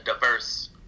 diverse